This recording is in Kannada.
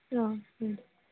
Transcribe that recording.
ಹಾಂ ಹಾಂ